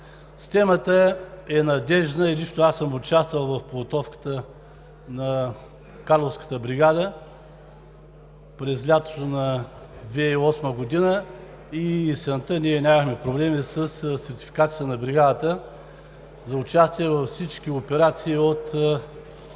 Системата е надеждна. Лично аз съм участвал в подготовката на Карловската бригада през лятото на 2008 г. и есента нямахме проблеми със сертификацията на Бригадата за участие във всички операции от